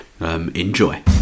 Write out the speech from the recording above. enjoy